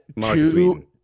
two